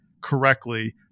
correctly